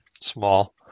small